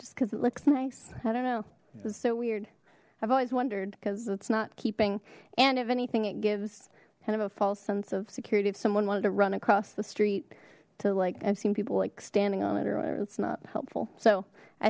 just because it looks nice i don't know it was so weird i've always wondered because it's not keeping and if anything it gives kind of a false sense of security if someone wanted to run across the street to like i've seen people like standing on it earlier it's not helpful so i